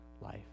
life